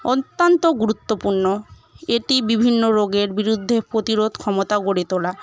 অত্যন্ত গুরুত্বপূর্ণ এটি বিভিন্ন রোগের বিরুদ্ধে প্রতিরোধ ক্ষমতা গড়ে তোলা